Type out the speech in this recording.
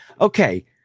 Okay